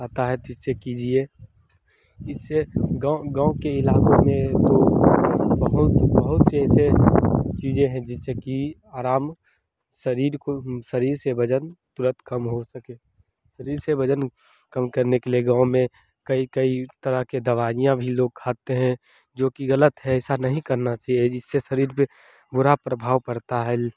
आता है तो इससे कीजिए इससे गाँव गाँव के इलाक़ों में तो बहुत बहुत ऐसे चीज़ें हैं जिससे कि आराम शरीर को भी शरीर से वज़न तुरंत कम हो सके शरीर से वज़न कम करने के लिए गाँव में कई कई तरह की दवाइयाँ भी लोग खाते हैं जो कि ग़लत है ऐसा नहीं करना चाहिए जिससे शरीर पर बुरा प्रभाव पड़ता है